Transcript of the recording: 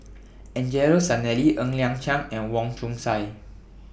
Angelo Sanelli Ng Liang Chiang and Wong Chong Sai